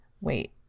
wait